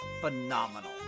phenomenal